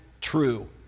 true